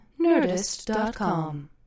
Nerdist.com